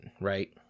right